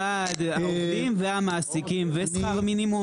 נעמה בעד העובדים והמעסיקים ושכר מינימום